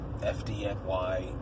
FDNY